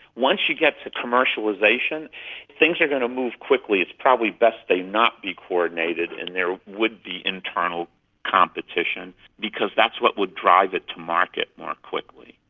once you get to commercialisation things are going to move quickly. it's probably best they not be coordinated and there would be internal competition because that's what would drive it to market more quickly.